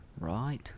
right